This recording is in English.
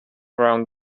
around